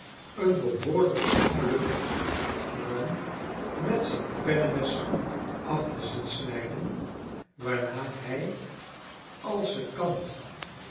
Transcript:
eenbehoorlyke plug pruim met zijn pennemes af te zien snijden waarna hij als ze kant